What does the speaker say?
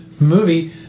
movie